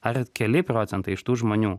ar keli procentai iš tų žmonių